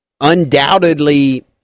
undoubtedly